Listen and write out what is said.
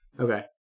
Okay